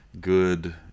good